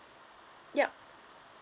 yup